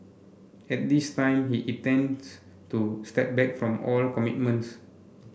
at this time he intends to step back from all commitments